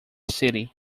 city